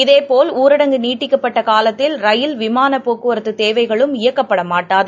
இதேபோல் ஊரடங்கு நீட்டிக்கப்பட்டகாலத்தில் ரயில் விமானப் போக்குவரத்துதேவைகளும் இயக்கப்படமாட்டாது